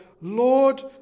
Lord